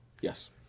Yes